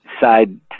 side